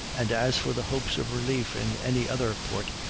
and as for the hopes of relief in any other port,